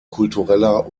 kultureller